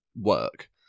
work